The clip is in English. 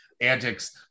antics